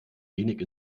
wenig